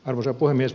arvoisa puhemies